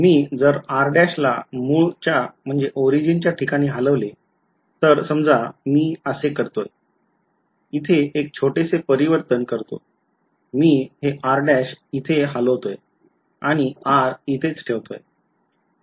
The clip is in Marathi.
मी जर r'ला मूळ च्या ठिकाणी हलवले तर समजा मी असे करतोय इथे एक छोटेसे परिवर्तन करतो मी हे r इथे हालवतोय आणि r इथेच ठेवतोय